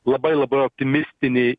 labai labai optimistinė